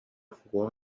jugó